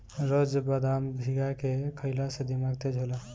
रोज बदाम भीगा के खइला से दिमाग तेज होला